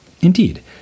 Indeed